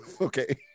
Okay